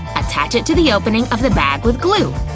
attach it to the opening of the bag with glue.